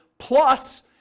plus